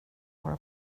våra